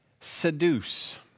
seduce